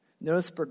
Notice